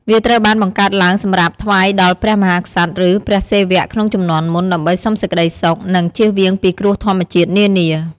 វាត្រូវបានបង្កើតឡើងសម្រាប់ថ្វាយដល់ព្រះមហាក្សត្រ ឬ ព្រះសេវៈក្នុងជំនាន់មុន ដើម្បីសុំសេចក្តីសុខ និង ជៀសវាងពីគ្រោះធម្មជាតិនានា។